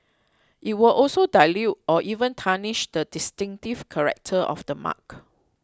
it will also dilute or even tarnish the distinctive character of the mark